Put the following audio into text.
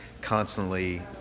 constantly